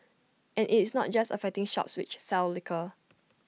and IT is not just affecting shops which sell liquor